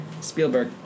Spielberg